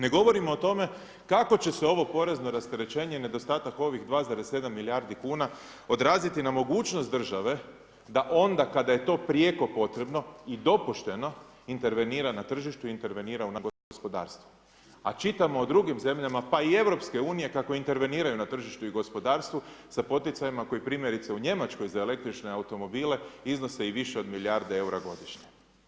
Ne govorimo o tome kako će se ovo porezno rasterećenje i nedostatak ovih 2,7 milijardi kuna odraziti na mogućnost države da onda kada je to prijeko potrebno i dopušteno intervenira na tržištu, intervenira u našem gospodarstvu, a čitamo o drugim zemljama, pa i EU kako interveniraju na tržištu i gospodarstvu sa poticajima koji primjerice u Njemačkoj za električke automobile iznose i više od milijarde eura godišnje.